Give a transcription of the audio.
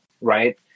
right